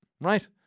right